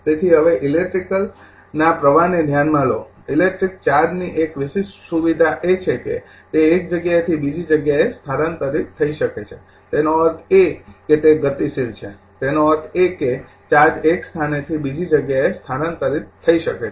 તેથી હવે ઇલેક્ટ્રિકના પ્રવાહને ધ્યાનમાં લો ઇલેક્ટ્રિક ચાર્જની એક વિશિષ્ટ સુવિધા એ છે કે તે એક જગ્યાએથી બીજી જગ્યાએ સ્થાનાંતરિત થઈ શકે છે તેનો અર્થ એ કે તે ગતિશીલ છે તેનો અર્થ એ કે ચાર્જ એક સ્થાને થી બીજી જગ્યાએ સ્થાનાંતરિત થઈ શકે છે